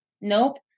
Nope